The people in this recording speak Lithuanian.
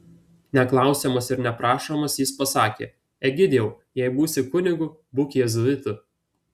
neklausiamas ir neprašomas jis pasakė egidijau jei būsi kunigu būk jėzuitu